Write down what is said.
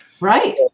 Right